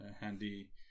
handy